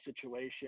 situation